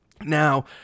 Now